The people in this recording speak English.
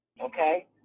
okay